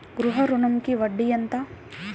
గృహ ఋణంకి వడ్డీ ఎంత?